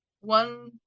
one